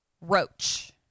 Roach